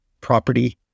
property